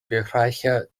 bereiche